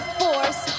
force